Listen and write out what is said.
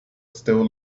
still